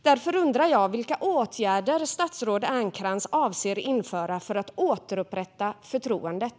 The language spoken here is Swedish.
Jag undrar därför: Vilka åtgärder avser statsrådet Ernkrans att införa för att återupprätta förtroendet?